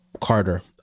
Carter